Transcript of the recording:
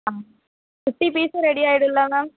ஆ fifty பீசும் ready ஆகிடுல ma'am